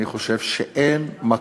אני חושב שאין,